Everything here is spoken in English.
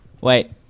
Wait